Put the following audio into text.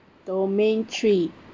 domain three